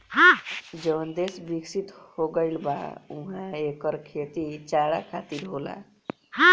जवन देस बिकसित हो गईल बा उहा एकर खेती चारा खातिर होला